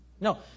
No